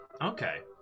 okay